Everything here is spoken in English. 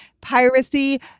piracy